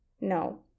No